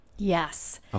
Yes